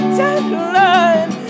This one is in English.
deadline